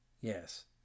yes